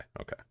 okay